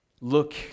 Look